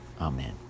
Amen